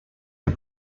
der